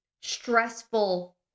stressful